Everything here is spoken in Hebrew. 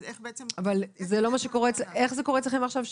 אז איך בעצם --- שיבי, איך זה קורה עכשיו?